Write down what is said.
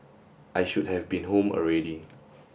I should have been home already